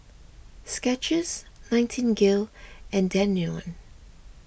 Skechers Nightingale and Danone